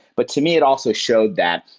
but to me, it also showed that,